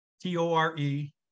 T-O-R-E